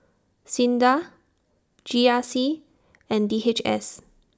SINDA G R C and D H S